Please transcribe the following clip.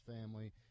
family